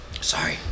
Sorry